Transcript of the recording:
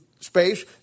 space